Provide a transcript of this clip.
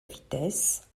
vitesse